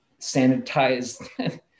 sanitized